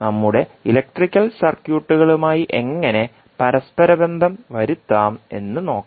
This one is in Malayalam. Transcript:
നമ്മുടെ ഇലക്ട്രിക്കൽ സർക്യൂട്ടുകളുമായി എങ്ങനെ പരസ്പരബന്ധം വരുത്താം എന്ന് നോക്കാം